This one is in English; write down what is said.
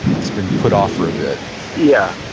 it's been put off for a bit yeah.